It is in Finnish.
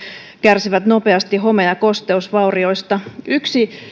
kärsivät nopeasti home ja kosteusvaurioista yksi